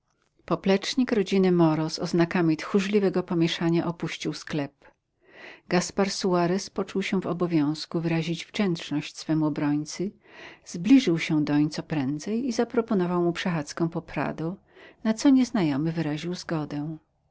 język przyniesie poplecznik rodziny moro z oznakami tchórzliwego pomieszania opuścił sklep gaspar suarez poczuł się w obowiązku wyrazić wdzięczność swemu obrońcy zbliżył się doń co prędzej i zaproponował mu przechadzkę po prado na co nieznajomy wyraził zgodę